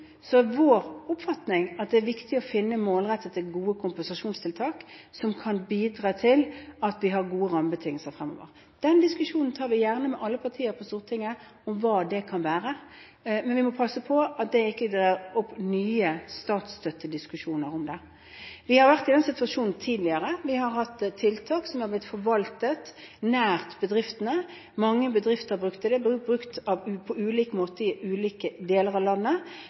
vår oppfatning at det er viktig å finne målrettede, gode kompensasjonstiltak som kan bidra til at vi har gode rammebetingelser fremover. Den diskusjonen, om hva det kan være, tar vi gjerne med alle partier på Stortinget. Men vi må passe på at det ikke drar opp nye statsstøttediskusjoner omkring det. Vi har vært i den situasjonen tidligere. Vi har hatt tiltak som er blitt forvaltet nær bedriftene. Mange bedrifter har brukt dem på ulike måter i ulike deler av landet.